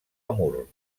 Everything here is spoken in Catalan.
amur